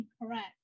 incorrect